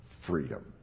freedom